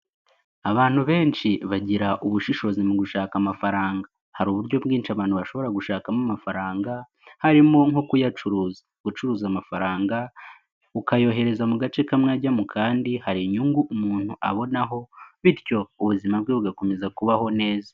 Abantu benshi bagira ubushishozi mu gushaka amafaranga hari uburyo bwinshi abantu bashobora gushakamo amafaranga harimo nko kuyacuruza, gucuruza amafaranga ukayohereza mu gace kamwe ajya mu kandi hari inyungu umuntu abonaho bityo ubuzima bwe bugakomeza kubaho neza.